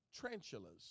tarantulas